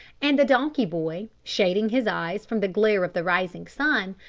and the donkey-boy, shading his eyes from the glare of the rising sun,